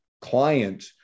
client